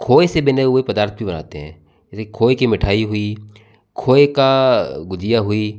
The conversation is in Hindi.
खोए से बने हुए पदार्थ भी बनाते हैं जैसे खोए की मिठाई हुई खोए का गुझिया हुई